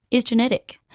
is genetic.